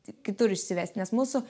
kitur išsivesti nes mūsų